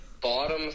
bottom